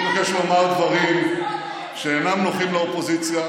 אני מבקש לומר דברים שאינם נוחים לאופוזיציה.